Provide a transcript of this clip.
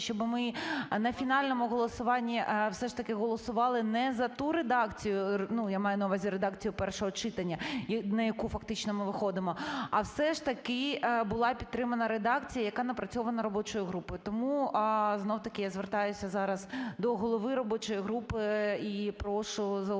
щоб ми на фінальному голосуванні, все ж таки, голосували не за ту редакцію, я маю на увазі редакцію першого читання, на яку фактично ми виходимо, а все ж таки була підтримана редакція, яка напрацьована робочою групою. Тому, знову-таки, я звертаюся зараз до голови робочої групи і прошу зауважити